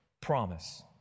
promise